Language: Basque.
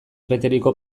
beteriko